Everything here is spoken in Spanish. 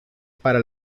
para